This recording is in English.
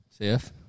CF